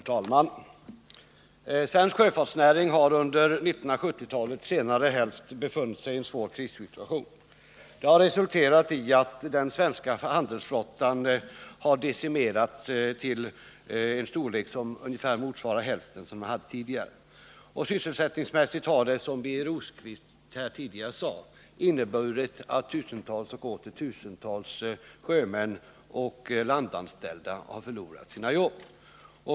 Fru talman! Svensk sjöfartsnäring har under 1970-talets senare hälft befunnit sig i en svår krissituation. Det har resulterat i att den svenska handelsflottan har decimerats till ungefär hälften av sin tidigare storlek. Sysselsättningsmässigt har det, som Birger Rosqvist tidigare sade, inneburit att tusentals och åter tusentals sjömän och landanställda har förlorat sina jobb.